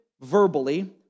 verbally